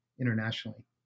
internationally